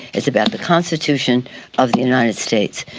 it's about the constitution of the united states.